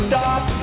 Stop